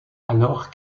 alors